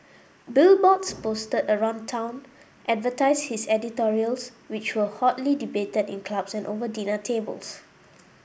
billboards posted around town advertised his editorials which were hotly debated in clubs and over dinner tables